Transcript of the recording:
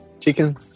Chicken